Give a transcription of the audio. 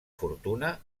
fortuna